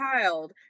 child